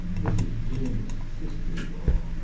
mrs. jim's sister-in-law.